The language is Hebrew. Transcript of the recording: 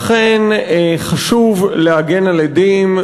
אכן, חשוב להגן על עדים,